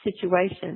situation